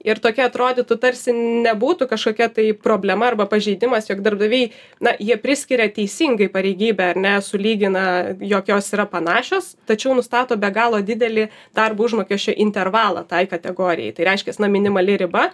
ir tokia atrodytų tarsi nebūtų kažkokia tai problema arba pažeidimas jog darbdaviai na jie priskiria teisingai pareigybę ar sulygina jog jos yra panašios tačiau nustato be galo didelį darbo užmokesčio intervalą tai kategorijai tai reiškias minimali riba